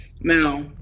Now